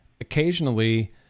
occasionally